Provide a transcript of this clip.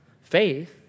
faith